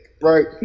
Right